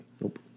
Nope